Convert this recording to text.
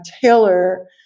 Taylor